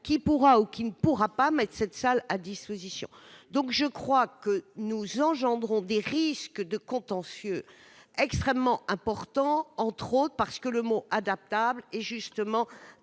qui pourra ou qui ne pourra pas mais cette salle à disposition donc je crois que nous, engendrant des risques de contentieux extrêmement importants, entre autres, parce que le mot adaptable et justement